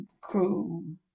crew